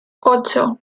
ocho